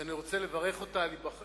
שאני רוצה לברך אותה על השבעתה.